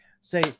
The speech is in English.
Say